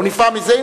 הוא נפעם מזה,